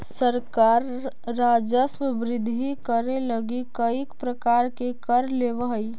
सरकार राजस्व वृद्धि करे लगी कईक प्रकार के कर लेवऽ हई